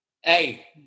hey